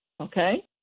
Okay